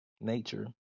nature